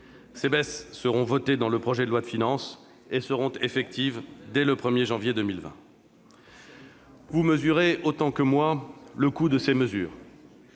Ces baisses seront inscrites dans le projet de loi de finances et seront effectives dès le 1 janvier 2020. Vous mesurez, autant que moi, le coût de ces mesures.